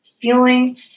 feeling